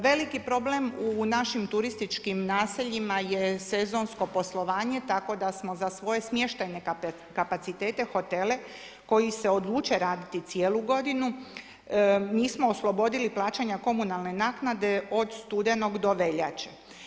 Veliki problem u našim turističkim naseljima je sezonsko poslovanje, tako da smo za svoje smještajne kapacitete, hotele, koji se odluče raditi cijelu godinu, njih smo oslobodili plaćanja komunalne naknade od studenog do veljače.